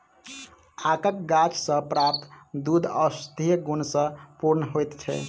आकक गाछ सॅ प्राप्त दूध औषधीय गुण सॅ पूर्ण होइत छै